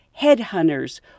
Headhunters